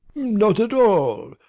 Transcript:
not at all.